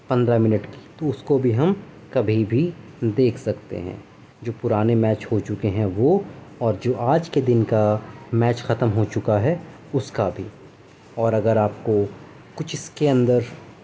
پندرہ منٹ کی تو اس کو بھی ہم کبھی بھی دیکھ سکتے ہیں جو پرانے میچ ہو چکے ہیں وہ اور جو آج کے دن کا میچ ختم ہو چکا ہے اس کا بھی اور اگر آپ کو کچھ اس کے اندر